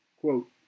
Quote